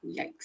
yikes